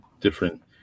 different